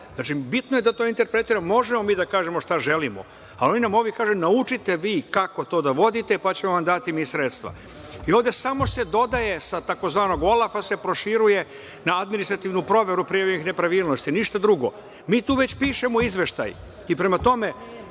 oblasti. Bitno je, da to interpretiram, možemo mi da kažemo šta želimo, a oni nam kažu naučite vi kako to da vodite, pa ćemo vam dati mi sredstva. Ovde samo se dodaje, sa tzv. olafa, proširuje na administrativnu proveru prijavljenih nepravilnosti. Ništa drugo. Mi tu već pišemo izveštaj i prema tome,